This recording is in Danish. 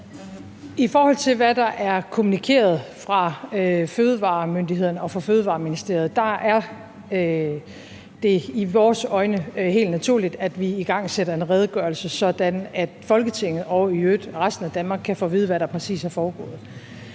I forhold til hvad der er kommunikeret fra fødevaremyndighederne og fra Fødevareministeriet, er det i vores øjne helt naturligt, at vi igangsætter en redegørelse, sådan at Folketinget og i øvrigt resten af Danmark kan få at vide, hvad der præcis er foregået.